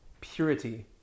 purity